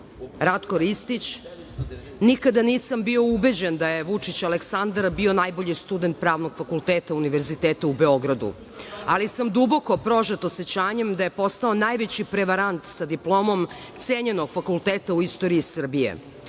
Ratko Ristić. „Nikada nisam bio ubeđen da je Vučić Aleksandar bio najbolji student Pravnog fakulteta Univerziteta u Beogradu, ali sam duboko prožet osećanjem da je postao najveći prevarant sa diplomom cenjenog fakulteta u istoriji